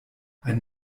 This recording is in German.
ein